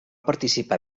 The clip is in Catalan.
participar